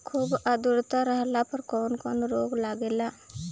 खुब आद्रता रहले पर कौन कौन रोग लागेला?